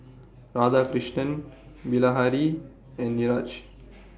Radhakrishnan Bilahari and Niraj